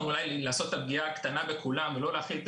יותר לעשות את הפגיעה הקטנה בכולם ולא להחיל את